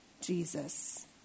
Jesus